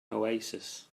oasis